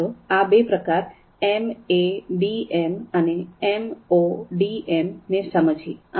ચાલો આ બે પ્રકાર એમએડીએમ અને એમઓડીએમ ને સમજીએ